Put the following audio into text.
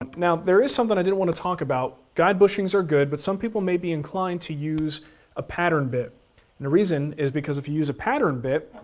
um now there is something i did want to talk about. guide bushings are good, but some people may be inclined to use a pattern bit and the reason is because if you use a pattern bit,